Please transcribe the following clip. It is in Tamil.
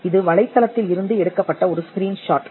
இது வலைத்தளத்தில் இருந்து எடுக்கப்பட்ட ஒரு ஸ்க்ரீன் ஷாட்